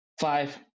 five